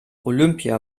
olympia